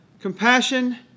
Compassion